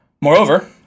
Moreover